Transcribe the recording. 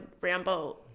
Rambo